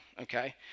okay